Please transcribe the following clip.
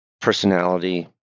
personality